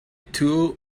two